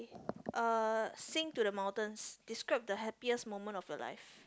uh sing to the mountains describe the happiest moment of your life